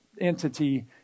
entity